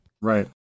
right